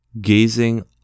gazing